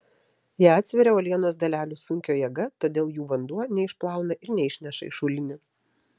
ją atsveria uolienos dalelių sunkio jėga todėl jų vanduo neišplauna ir neišneša į šulinį